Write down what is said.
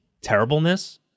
terribleness